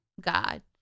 God